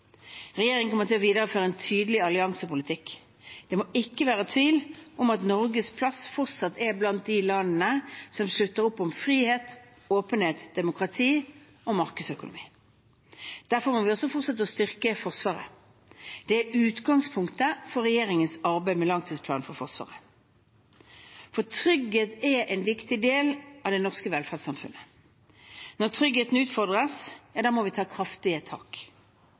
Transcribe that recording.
Regjeringen kommer til å videreføre en tydelig alliansepolitikk. Det må ikke være tvil om at Norges plass fortsatt er blant de landene som slutter opp om frihet, åpenhet, demokrati og markedsøkonomi. Derfor må vi også fortsette å styrke Forsvaret. Det er utgangspunktet for regjeringens arbeid med langtidsplanen for Forsvaret, for trygghet er en viktig del av det norske velferdssamfunnet. Når tryggheten utfordres, må vi ta kraftige tak.